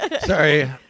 Sorry